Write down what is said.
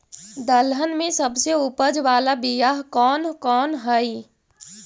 दलहन में सबसे उपज बाला बियाह कौन कौन हइ?